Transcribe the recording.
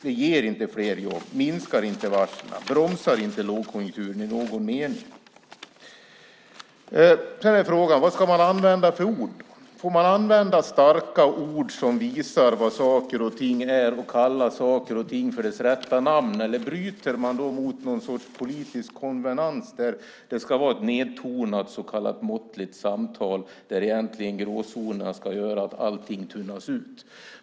Det ger inte fler jobb, minskar inte varslen och bromsar inte lågkonjunkturen i någon mening. Sedan är frågan vad man ska använda för ord. Får man använda starka ord som visar vad saker och ting är och kalla saker och ting för dess rätta namn, eller bryter man då mot någon sorts politisk konvenans där det ska vara ett nedtonat så kallat måttligt samtal där gråzonerna ska göra att allting tunnas ut?